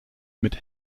mit